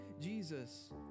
jesus